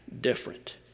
different